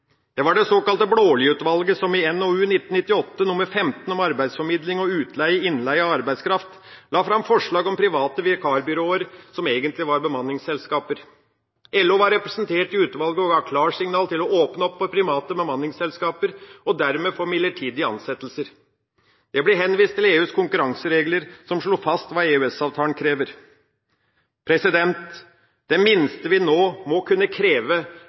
Det var det såkalte Blaalidutvalget som i NOU 1998:15 om arbeidsformidling og utleie-/innleie av arbeidskraft la fram forslag om private vikarbyråer, som egentlig var bemanningsselskaper. LO var representert i utvalget og ga klarsignal til å åpne opp for private bemanningsselskaper – og dermed for midlertidige ansettelser. Det ble henvist til EUs konkurranseregler, som slo fast hva EØS-avtalen krever. Det minste vi nå må kunne kreve,